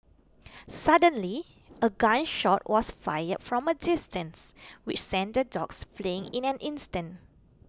suddenly a gun shot was fired from a distance which sent the dogs fleeing in an instant